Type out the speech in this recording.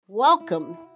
Welcome